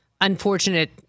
unfortunate